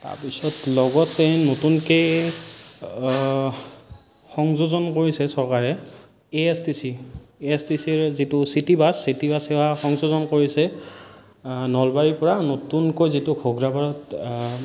তাৰপিছত লগতে নতুনকৈ সংযোজন কৰিছে চৰকাৰে A S T C A S T C ৰ যিটো চিটিবাছ চিটিবাছ সেৱা সংযোজন কৰিছে নলবাৰীৰ পৰা নতুনকৈ যিটো ঘগ্ৰাপাৰাত